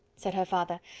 said her father,